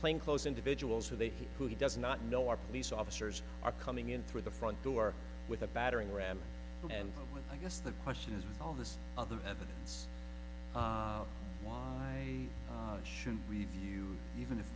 plainclothes individuals who they he who does not know are police officers are coming in through the front door with a battering ram and i guess the question is with all this other evidence why should review even if